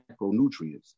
macronutrients